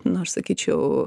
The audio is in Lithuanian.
na aš sakyčiau